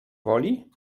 woli